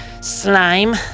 slime